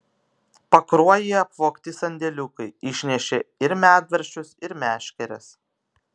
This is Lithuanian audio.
pakruojyje apvogti sandėliukai išnešė ir medvaržčius ir meškeres